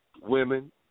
women